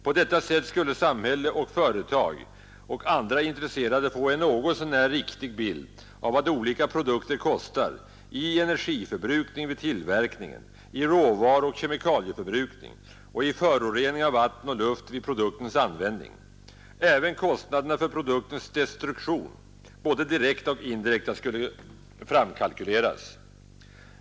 På detta sätt skulle samhälle och företag och andra intresserade få en något så när riktig bild av vad olika produkter kostar i energiförbrukning vid tillverkningen, i råvaruoch kemikalieförbrukning och i förorening av vatten och luft vid produktens användning. Även kostnaderna för produktens destruktion, både direkta och indirekta, skulle framkalkyleras.